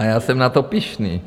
Já jsem na to pyšný.